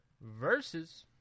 versus